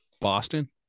Boston